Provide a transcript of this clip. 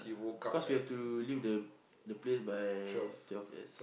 cause we have to leave the the place by twelve yes